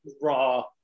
Raw